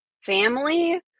family